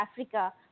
Africa